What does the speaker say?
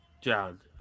john